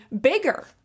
bigger